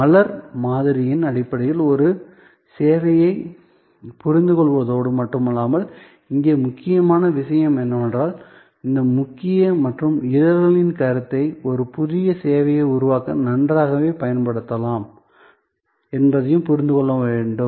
மலர் மாதிரியின் அடிப்படையில் ஒரு சேவையைப் புரிந்துகொள்வதோடு மட்டுமல்லாமல் இங்கே முக்கியமான விஷயம் என்னவென்றால் இந்த முக்கிய மற்றும் இதழ்களின் கருத்தை ஒரு புதிய சேவையை உருவாக்க நன்றாகப் பயன்படுத்தலாம் என்பதையும் புரிந்து கொள்ள வேண்டும்